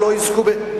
אתה לא סומך על בתי-משפט?